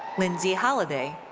lindsey holladay.